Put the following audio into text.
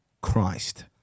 Christ